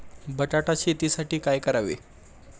बटाटा शेतीसाठी काय करावे?